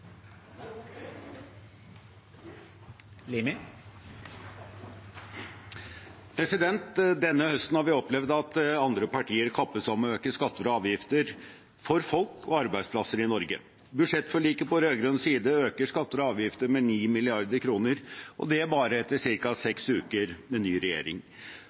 omme. Denne høsten har vi opplevd at andre partier kappes om å øke skatter og avgifter for folk og arbeidsplasser i Norge. Budsjettforliket på rød-grønn side øker skatter og avgifter med 9 mrd. kr, og det bare etter ca. seks uker med ny regjering.